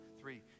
three